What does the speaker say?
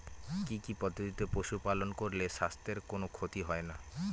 কি কি পদ্ধতিতে পশু পালন করলে স্বাস্থ্যের কোন ক্ষতি হয় না?